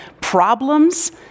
problems